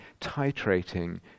titrating